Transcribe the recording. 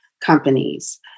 companies